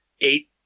eight